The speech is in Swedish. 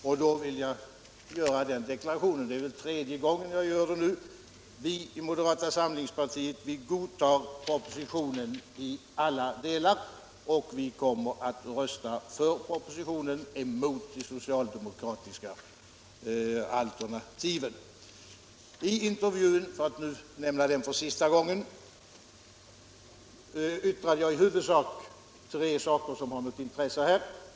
För tredje gången vill jag då uttala att vi i moderata samlingspartiet godtar propositionen i alla delar och kommer att rösta för den emot de socialdemokratiska alternativen. I intervjun, för att nämna den för sista gången, yttrade jag i huvudsak tre saker som har något intresse här.